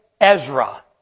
Ezra